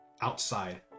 outside